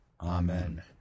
Amen